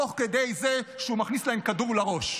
תוך כדי זה שהוא מכניס להם כדור לראש.